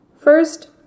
First